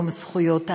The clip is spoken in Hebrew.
יום זכויות האדם,